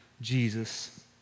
Jesus